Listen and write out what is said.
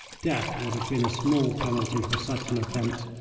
death would have been a small penalty for such an offence.